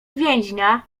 więźnia